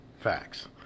facts